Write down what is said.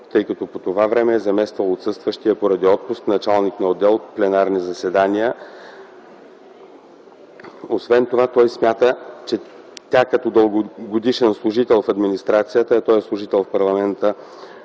тъй като по това време е замествал отсъстващия поради отпуск началник на отдел „Пленарни заседания”. Освен това, той смята, че тя като дългогодишен служител в администрацията (той е служител в парламента